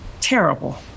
terrible